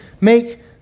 make